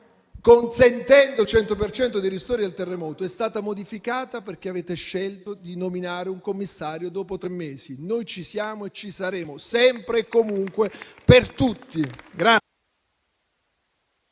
cento per cento dei ristori del terremoto, è stata modificata perché avete scelto di nominare un commissario dopo tre mesi. Noi ci siamo e ci saremo sempre e comunque per tutti.